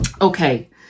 Okay